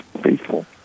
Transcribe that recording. faithful